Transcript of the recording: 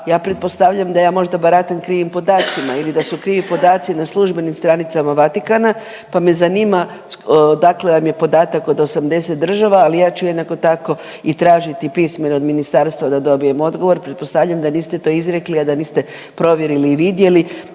ja pretpostavljam da možda ja baratam krivim podacima ili da su krivi podaci na službenim stranicama Vatikana, pa me zanima odakle vam je podatak od 80 država, ali ja ću jednako tako i tražiti pismeno od ministarstva da dobijem odgovor. Pretpostavljam da niste to izrekli, a da niste provjerili i vidjeli,